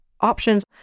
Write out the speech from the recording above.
options